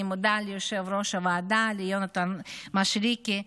אני מודה ליושב-ראש הוועדה, ליונתן מישרקי.